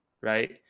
right